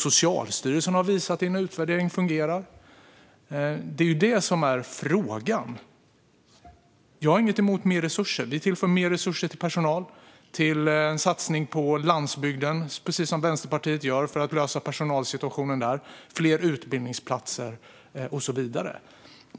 Socialstyrelsen har i en utvärdering visat att det fungerar. Det är det här som är frågan. Jag har inget emot mer resurser. Vi tillför också mer resurser: till personal, till en satsning på landsbygden för att lösa personalsituationen där, precis som Vänsterpartiet gör, till fler utbildningsplatser och så vidare.